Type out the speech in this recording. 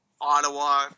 Ottawa